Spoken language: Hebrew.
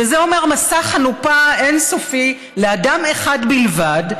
וזה אומר מסע חנופה אין-סופי לאדם אחד בלבד,